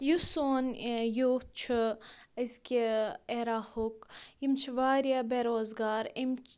یُس سون یوٗتھ چھُ أزِکہِ ایریاہُک یِم چھِ واریاہ بےٚ روزگار